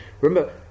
Remember